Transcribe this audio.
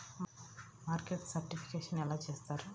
Market certification ఎలా చేస్తారు?